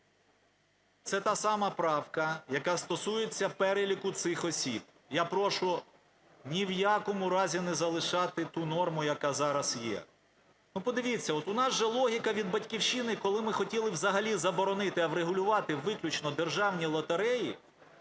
Це та сама правка, яка стосується переліку цих осіб. Я прошу ні в якому разі не залишати ту норму, яка зараз є. Подивіться, у нас же логіка від "Батьківщини", коли ми хотіли взагалі заборонити, а врегулювати виключно державні лотереї,